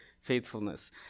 faithfulness